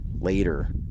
later